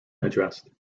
addressed